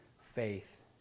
faith